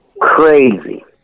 crazy